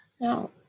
Now